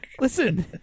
Listen